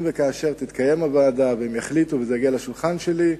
אם וכאשר תתקיים הוועדה והם יחליטו וזה יגיע לשולחן שלי,